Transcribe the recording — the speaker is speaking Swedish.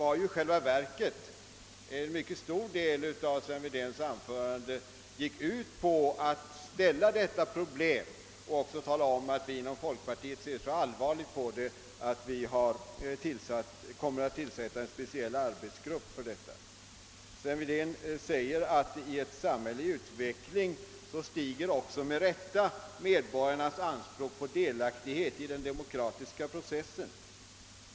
I själva verket ägnades en mycket stor del av Sven Wedéns anförande åt att ställa detta problem, och han nämnde även att vi inom folkpartiet ser så allvarligt på det att vi kommer att tillsätta en speciell arbetsgrupp för studium av dessa frågor. Sven Wedén sade, att i ett samhälle i utveckling »stiger också och med rätta medborgarnas anspråk på delaktighet i den demokratiska processen».